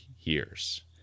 years